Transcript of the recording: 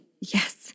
Yes